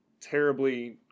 terribly